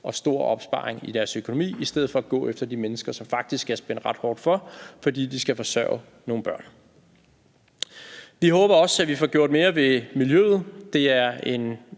og stor opsparing i deres økonomi, i stedet for at gå efter de mennesker, som faktisk er spændt ret hårdt for, fordi de skal forsørge nogle børn. Vi håber også, at vi får gjort mere ved miljøet.